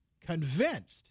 convinced